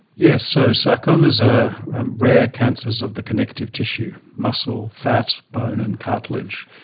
yes, so sarcomas are rare cancers of the connective tissue muscle, fat, bone and cartilage.